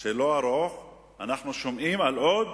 לא ארוך אנחנו שומעים על עוד